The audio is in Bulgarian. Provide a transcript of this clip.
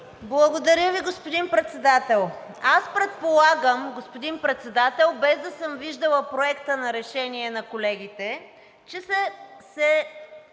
Благодаря Ви, господин Председател. Аз предполагам, господин Председател, без да съм виждала Проекта на решение на колегите, че са